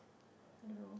I don't know